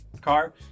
car